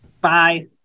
Bye